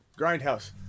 Grindhouse